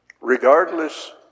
regardless